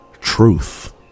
Truth